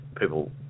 people